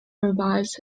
revives